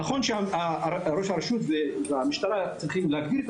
נכון שראש הרשות והמשטרה צריכים להגדיר את